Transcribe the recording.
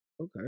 Okay